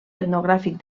etnogràfic